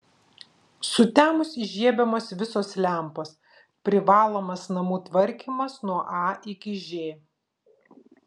sutemus įžiebiamos visos lempos privalomas namų tvarkymas nuo a iki ž